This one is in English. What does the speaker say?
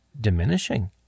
diminishing